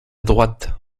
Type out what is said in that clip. droite